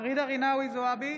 ג'ידא רינאוי זועבי,